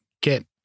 get